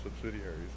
subsidiaries